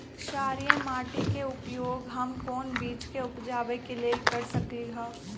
क्षारिये माटी के उपयोग हम कोन बीज के उपजाबे के लेल कर सकली ह?